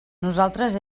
nosaltres